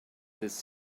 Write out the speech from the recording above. this